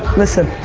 listen.